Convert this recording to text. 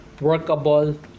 workable